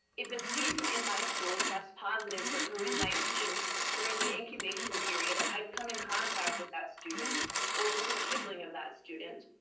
if a student in my school test positive for covid nineteen during the incubation period, i'd come in contact with that student or with a sibling of that student.